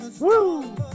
Woo